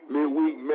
Midweek